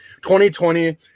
2020